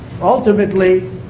ultimately